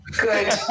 Good